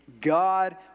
God